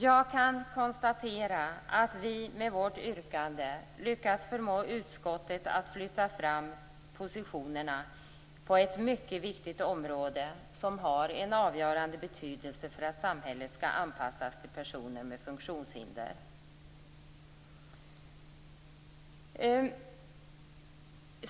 Jag kan konstatera att vi med vårt yrkande lyckats förmå utskottet att flytta fram positionerna på ett mycket viktigt område som har en avgörande betydelse för att samhället skall anpassas till personer med funktionshinder.